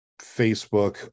Facebook